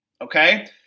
okay